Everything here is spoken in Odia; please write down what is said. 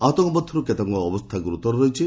ଆହତଙ୍କ ମଧ୍ଧରୁ କେତେକଙ୍କ ଅବସ୍ଥା ଗୁରୁତର ରହିଛି